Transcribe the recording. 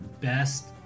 best